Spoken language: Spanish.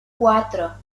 cuatro